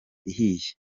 ihiye